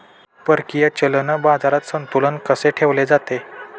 परकीय चलन बाजारात संतुलन कसे ठेवले जाते?